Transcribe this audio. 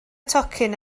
tocyn